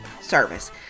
service